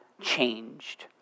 changed